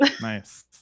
nice